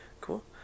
Cool